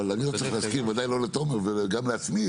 ואני לא צריך להזכיר וודאי לא לתומר וגם לא לעצמי,